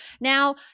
Now